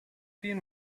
been